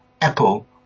Apple